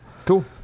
cool